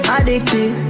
Addicted